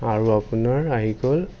আৰু আপোনাৰ আহি গ'ল